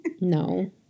No